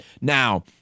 Now